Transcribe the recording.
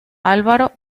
álvaro